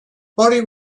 body